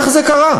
איך זה קרה?